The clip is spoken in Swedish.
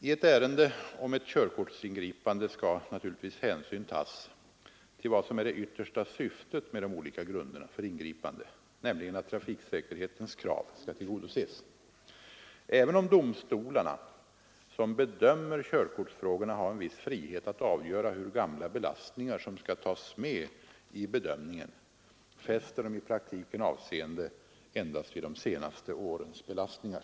I ett ärende om ett körkortsingripande skall naturligtvis hänsyn tas till vad som är det yttersta syftet med de olika grunderna för ingripande, nämligen att trafiksäkerhetens krav skall tillgodoses. Även om domstolarna som bedömer körkortsfrågorna har en viss frihet att avgöra hur gamla belastningar som skall tas med i bedömningen, fäster de i praktiken avseende endast vid de senaste årens belastningar.